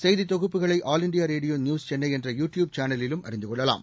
செய்தி தொகுப்புகளை All India Radio News Chennai என்ற யு டியூப் சேனலிலும் அறிந்து கொள்ளலாம்